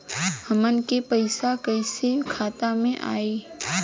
हमन के पईसा कइसे खाता में आय?